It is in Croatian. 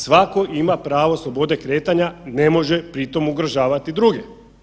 Svako ima pravo slobode kretanja i ne može pri tome ugrožavati druge.